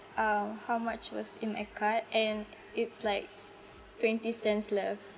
uh how much was in my card and it's like twenty cents left